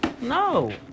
no